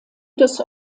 des